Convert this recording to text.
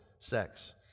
sex